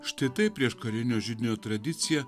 štai taip prieškarinio židinio tradicija